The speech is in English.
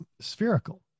spherical